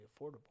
affordable